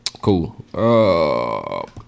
Cool